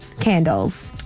candles